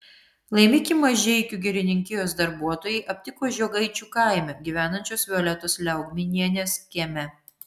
laimikį mažeikių girininkijos darbuotojai aptiko žiogaičių kaime gyvenančios violetos liaugminienės kieme